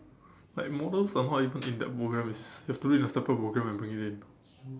like models are not even in that programme it's you have to make an after programme and bring it in